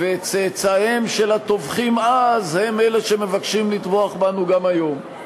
וצאצאיהם של הטובחים אז הם אלה שמבקשים לטבוח בנו גם היום.